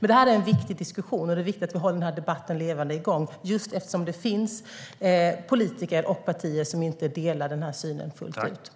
Detta är en viktig diskussion, och det är viktigt att vi håller debatten levande och igång - just eftersom det finns politiker och partier som inte delar denna syn fullt ut.